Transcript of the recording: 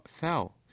fell